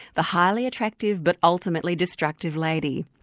the highly attractive but ultimately destructive lady.